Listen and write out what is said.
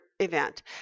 Event